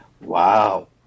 wow